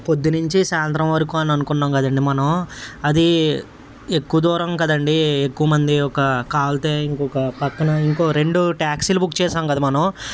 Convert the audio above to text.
పొద్దున్నుంచి సాయంత్రం వరకు అని అనుకున్నాం కదండీ మనం అదీ ఎక్కువ దూరం కదండీ ఎక్కువ మంది ఒక కావాల్సి వస్తే ఇంకొక పక్కన ఇంకో రెండు ట్యాక్సీలు బుక్ చేసాం కదా మనం